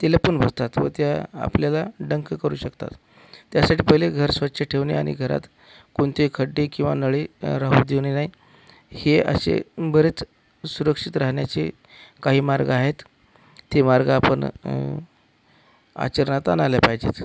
ते लपून बसतात व ते आपल्याला डंख करू शकतात त्यासाठी पहिले घर स्वच्छ ठेवणे आणि घरात कोणते खड्डे किंवा नळे राहू देऊ न नये हे असे बरेच सुरक्षित राहण्याचे काही मार्ग आहेत ते मार्ग आपण आचरणात आणायला पाहिजेत